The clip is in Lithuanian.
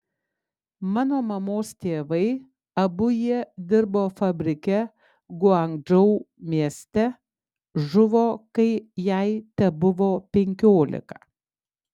mano mamos tėvai abu jie dirbo fabrike guangdžou mieste žuvo kai jai tebuvo penkiolika